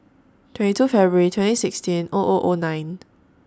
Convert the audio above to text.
twenty Feburary twenty sixteen O O O nine